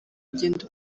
kugenda